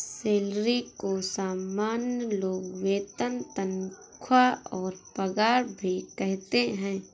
salary को सामान्य लोग वेतन तनख्वाह और पगार भी कहते है